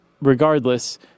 regardless